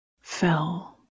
fell